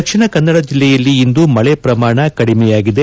ದಕ್ಷಿಣ ಕನ್ನಡ ಜಿಲ್ಲೆಯಲ್ಲಿ ಇಂದು ಮಳೆ ಪ್ರಮಾಣ ಕಡಿಮೆಯಾಗಿದೆ